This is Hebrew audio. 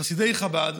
חסידי חב"ד,